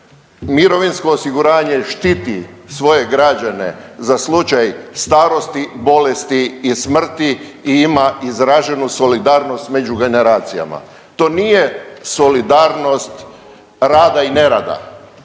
Mirovinsko osiguranje štiti svoje građane za slučaj starosti, bolesti i smrti i ima izraženu solidarnost među generacijama. To nije solidarnost rada i nerada,